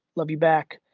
love you back.